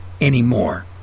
Anymore